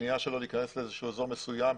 מניעה שלו להיכנס לאזור מסוים,